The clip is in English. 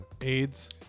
AIDS